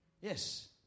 Yes